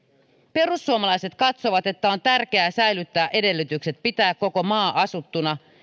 perussuomalaiset katsovat että on tärkeää säilyttää edellytykset pitää koko maa asuttuna